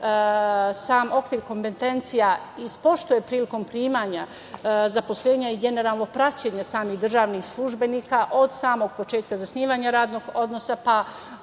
sam okvir kompetencija ispoštuje prilikom primanja zaposlenja i generalno praćenje samih državnih službenika od samog početka zasnivanja radnog odnosa, pa